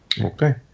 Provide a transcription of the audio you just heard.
Okay